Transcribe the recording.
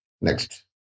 next